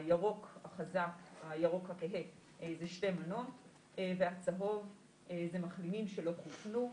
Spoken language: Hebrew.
הירוק הכהה זה שתי מנות והצהוב זה מחלימים שלא חוסנו.